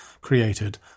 created